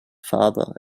father